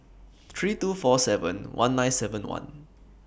three two four seven one nine seven one